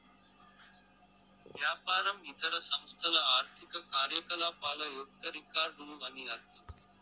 వ్యాపారం ఇతర సంస్థల ఆర్థిక కార్యకలాపాల యొక్క రికార్డులు అని అర్థం